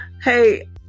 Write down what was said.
hey